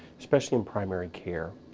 especially in primary care.